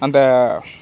அந்த